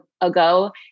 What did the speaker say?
ago